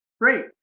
Great